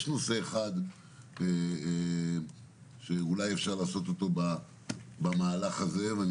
יש נושא אחד שאולי אפשר לעשות אותו במהלך הזה ואני